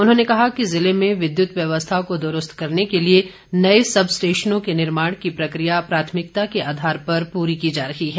उन्होंने कहा कि जिले में विद्युत व्यवस्था को दुरूस्त करने के लिए नए सब स्टेशनों के निर्माण की प्रक्रिया प्राथमिकता के आधार पर पूरी की जा रही है